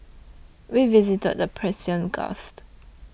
we visited the Persian Gulf